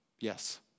yes